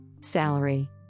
salary